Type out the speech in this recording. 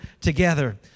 together